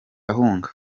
ahunga